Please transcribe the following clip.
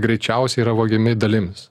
greičiausiai yra vagiami dalimis